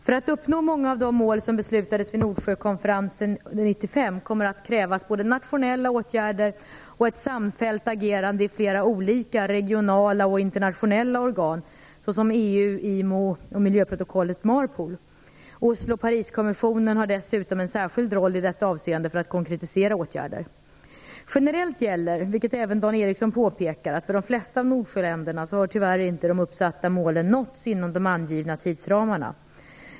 För att uppnå många av de mål som beslutades vid Nordsjökonferensen år 1995 kommer det att krävas både nationella åtgärder och ett samfällt agerande i flera olika regionala och internationella organ såsom: EU, IMO och deras miljöprotokoll MARPOL. Oslooch Pariskommissionen har dessutom en särskild roll i detta avseende för att konkretisera åtgärder. Generellt gäller, vilket även Dan Ericsson påpekar, att för de flesta av Nordsjöländerna så har tyvärr inte de uppsatta målen nåtts inom de angivna tidsramarna.